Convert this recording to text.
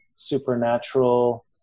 supernatural